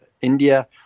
India